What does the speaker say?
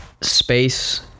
space